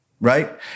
Right